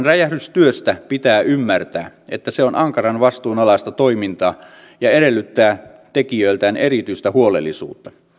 räjähdystyöstä pitää ymmärtää että se on ankaran vastuun alaista toimintaa ja edellyttää tekijöiltään erityistä huolellisuutta